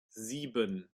sieben